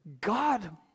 God